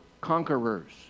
conquerors